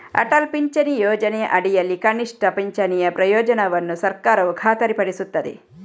ಅಟಲ್ ಪಿಂಚಣಿ ಯೋಜನೆಯ ಅಡಿಯಲ್ಲಿ ಕನಿಷ್ಠ ಪಿಂಚಣಿಯ ಪ್ರಯೋಜನವನ್ನು ಸರ್ಕಾರವು ಖಾತರಿಪಡಿಸುತ್ತದೆ